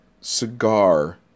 cigar